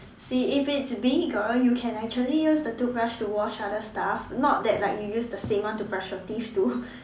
see if it's bigger you can actually use the toothbrush to wash other stuff not that like you use the same one to brush your teeth too